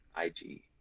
IG